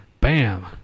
bam